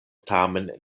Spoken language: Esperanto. tamen